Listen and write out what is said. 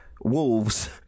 Wolves